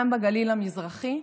גם בגליל המזרחי,